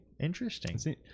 Interesting